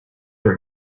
were